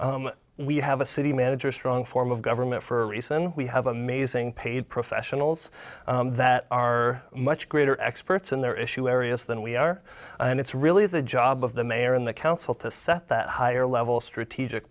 g we have a city manager a strong form of government for a reason we have amazing paid professionals that are much greater experts in their issue areas than we are and it's really the job of the mayor and the council to set that higher level strategic